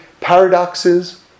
paradoxes